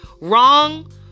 wrong